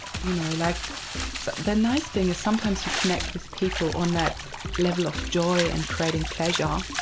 you know, like so the nice thing is sometimes you connect with people on that level of joy and creating pleasure,